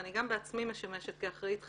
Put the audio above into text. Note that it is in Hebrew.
ואני גם בעצמי משמשת אחראית חיצונית.